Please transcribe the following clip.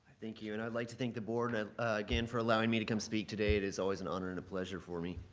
thank you. and i'd like to thank the board and again for allowing me to come speak today. it is always an honor and a pleasure for me.